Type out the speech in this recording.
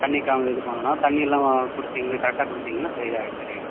தண்ணி க இது பண்ணணும் தண்ணில்லாம் கொடுத்தீங்க கரெக்டாக கொடுத்தீங்கன்னா சரி இதாக ஆகிடும் சரி ஆகிடும்